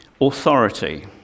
authority